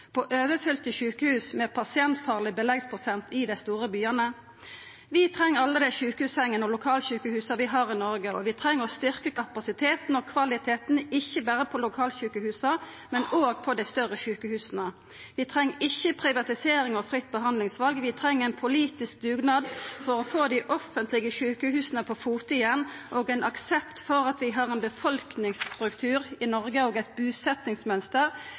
på overfylte sjukehus i dei store byane med pasientfarleg beleggsprosent? Vi treng alle dei sjukehussengene og lokalsjukehusa vi har i Noreg. Vi treng å styrkja kapasiteten og kvaliteten ikkje berre i lokalsjukehusa, men òg i dei større sjukehusa. Vi treng ikkje privatisering og fritt behandlingsval, vi treng ein politisk dugnad for å få dei offentlege sjukehusa på fote igjen og ein aksept for at vi har ein befolkningsstruktur og eit busetjingsmønster i Noreg som krev eit